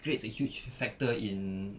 creates a huge factor in